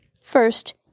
First